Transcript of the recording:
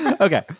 Okay